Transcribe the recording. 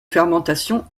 fermentation